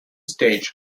stage